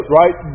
right